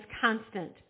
constant